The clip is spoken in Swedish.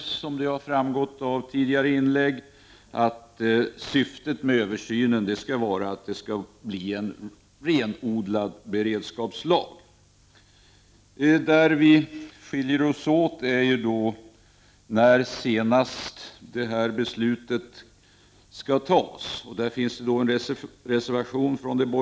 Som har framgått av tidigare inlägg är vi överens om att syftet med översynen är att denna lag skall bli en renodlad beredskapslag. Vi skiljer oss däremot åt i fråga om när denna lag skall träda i kraft. De borgerliga partierna har till betänkandet fogat en reservation om detta.